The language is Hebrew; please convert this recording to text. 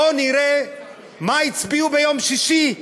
בואו נראה מה הצביעו ביום שישי: